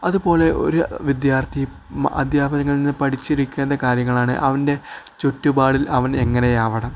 അതുപോലെ ഒരു വിദ്യാർത്ഥി അധ്യാപകനിൽ നിന്ന് പഠിച്ചിരിക്കേണ്ട കാര്യങ്ങളാണ് അവൻ്റെ ചുറ്റുപാടിിൽ അവൻ എങ്ങനെ ആവണം